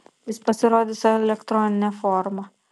jis pasirodys elektronine forma